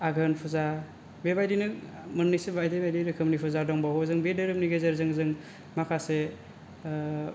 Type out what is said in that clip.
आघोन फुजा बेबादिनो मोन्नैसो बायदि बायदि रोखोमनि फुजा दंबावो जों बे धोरोमनि गेजेरजों जों माखासे